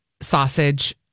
sausage